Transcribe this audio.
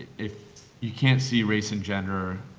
if you cannot see race and gender,